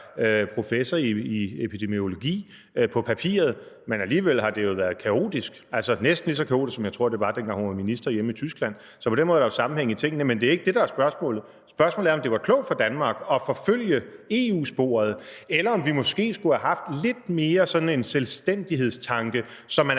professor i epidemiologi. Men alligevel har det jo været kaotisk, næsten lige så kaotisk, som jeg tror det var, dengang hun var minister hjemme i Tyskland. Så på den måde er der jo sammenhæng i tingene. Men det er ikke det, der er spørgsmålet. Spørgsmålet er, om det var klogt for Danmark at forfølge EU-sporet, eller om vi måske lidt mere skulle have haft sådan en selvstændighedstanke, som man